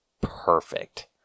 perfect